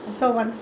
ah